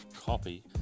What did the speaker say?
copy